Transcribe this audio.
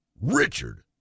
Richard